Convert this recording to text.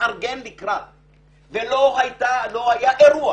לא היה אירוע